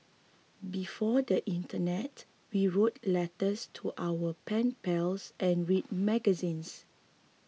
before the internet we wrote letters to our pen pals and read magazines